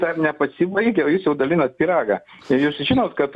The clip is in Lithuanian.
dar nepasibaigė o jis jau dalinat pyragą jūs žinot kad